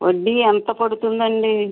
వడ్డీ ఎంత పడుతుందండి